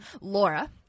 Laura